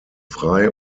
frei